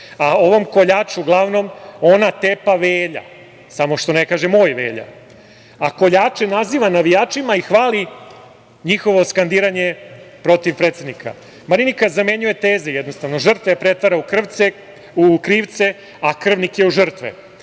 a ovom koljaču glavnom ona tepa - Velja. Samo što ne kaže - moj Velja. A koljače naziva navijačima i hvali njihovo skandiranje protiv predsednika. Marinika zamenjuje teze, jednostavno, žrtve pretvara u krivce a krvnike u žrtve.